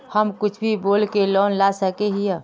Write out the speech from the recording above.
हम कुछ भी बोल के लोन ला सके हिये?